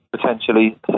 potentially